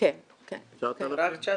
רק 9,000?